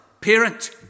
parent